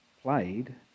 Played